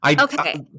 Okay